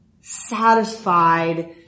satisfied